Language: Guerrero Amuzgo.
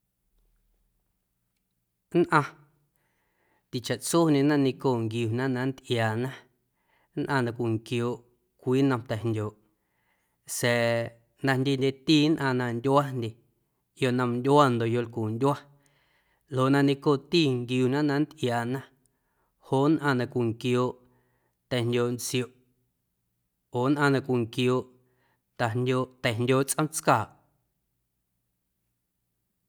Nnꞌaⁿ tichaꞌtsondyena neiⁿncooꞌ nquiuna na nntꞌiaana nnꞌaⁿ na cwinquiooꞌ cwii nnom ta̱jndyooꞌ sa̱a̱ na jdyendyeti nnꞌaⁿ na ndyuandye yonomndyua ndoꞌ yolcundyua ljoꞌ na neiⁿncooꞌti nquiuna na nntꞌiaana joꞌ nnꞌaⁿ na cwinquiooꞌ ta̱jndyooꞌ ntsioꞌ oo nnꞌaⁿ na cwinquiooꞌ tajndyooꞌ ta̱jndyooꞌ tsꞌoomtscaaꞌ.